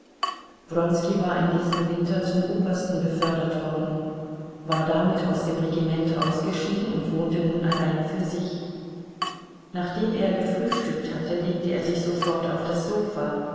war in diesem winter zum obersten befördert worden war damit aus dem regiment ausgeschieden und wohnte nun allein für sich nachdem er gefrühstückt hatte legte er sich sofort auf das sofa